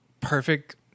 perfect –